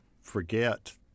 forget